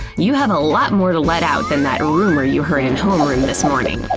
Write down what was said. you have a lot more to let out than that rumor you heard in homeroom this morning.